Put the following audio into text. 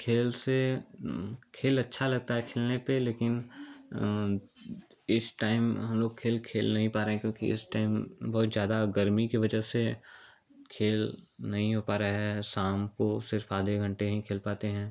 खेल से खेल अच्छा लगता है खेलने पर लेकिन इस टाइम हम लोग खेल खेल नहीं पा रहें क्योंकि इस टाइम बहुत ज़्यादा गर्मी की वजह से खेल नहीं हो पा रहा है शाम को सिर्फ़ आधे घंटे हीं खेल पाते हैं